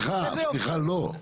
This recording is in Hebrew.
לא, סליחה, לא.